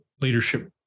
leadership